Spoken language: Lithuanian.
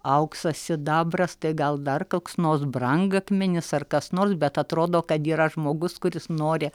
auksas sidabras tai gal dar koks nors brangakmenis ar kas nors bet atrodo kad yra žmogus kuris nori